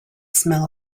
smell